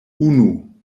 unu